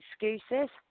excuses